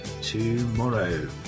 tomorrow